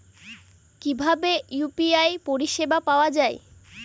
কিভাবে ইউ.পি.আই পরিসেবা পাওয়া য়ায়?